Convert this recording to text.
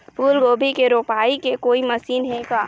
फूलगोभी के रोपाई के कोई मशीन हे का?